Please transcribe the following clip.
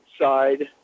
side